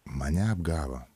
mane apgavo